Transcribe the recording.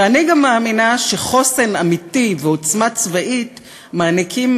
ואני גם מאמינה שחוסן אמיתי ועוצמה צבאית מעניקים